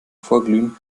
vorglühen